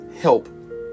help